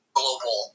global